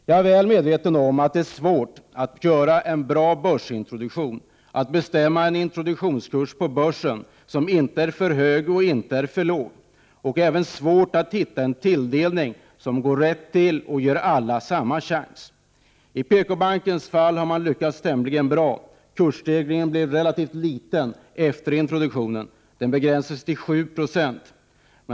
Jag är väl medveten om att det är svårt att göra en bra börsintroduktion och att bestämma en introduktionskurs på börsen som inte är för hög och inte för låg. Det är också svårt att finna former för en tilldelning som går rätt till och ger alla samma chans. I PKbankens fall har man lyckats tämligen bra. Kursstegringen blev relativt liten efter introduktionen. Den begränsades till 7 70.